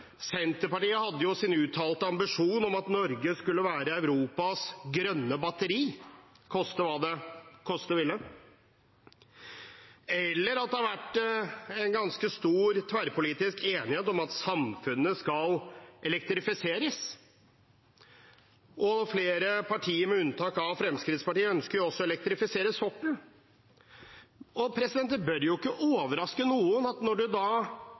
Norge skulle være Europas grønne batteri, koste hva det koste ville. Det har også vært en ganske stor tverrpolitisk enighet om at samfunnet skal elektrifiseres. Flere partier – med unntak av Fremskrittspartiet – ønsker også å elektrifisere sokkelen. Det bør ikke overraske noen at når man da